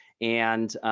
and